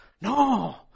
No